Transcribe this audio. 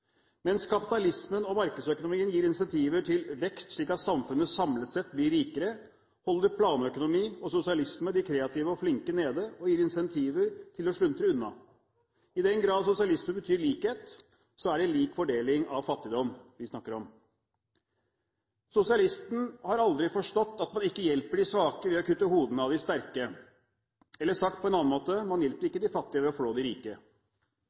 Mens kapitalismen og markedsøkonomien gir incentiver til vekst, slik at samfunnet samlet sett blir rikere, holder planøkonomi og sosialisme de kreative og flinke nede og gir incentiver til å sluntre unna. I den grad sosialisme betyr likhet, er det lik fordeling av fattigdom vi snakker om. Sosialisten har aldri forstått at man ikke hjelper de svake ved å kutte hodene av de sterke – eller sagt på en annen måte: Man hjelper ikke de fattige ved å flå de rike.